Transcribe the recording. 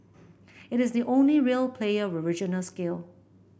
it is the only real player with regional scale